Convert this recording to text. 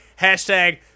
hashtag